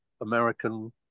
American